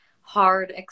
hard